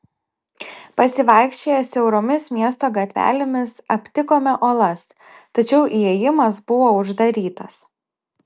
pasivaikščioję siauromis miesto gatvelėmis aptikome olas tačiau įėjimas buvo uždarytas